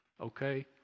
okay